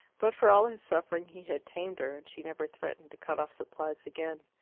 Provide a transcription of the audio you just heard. but for all his suffering he had tamed her, and she never threatened to cut off supplies again.